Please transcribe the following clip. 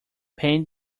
paint